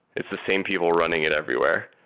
it's the same people running it everywhere.